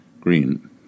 Green